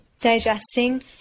digesting